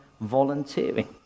volunteering